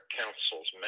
councils